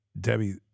Debbie